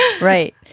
Right